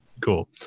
Cool